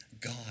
God